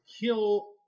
kill